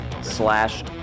slash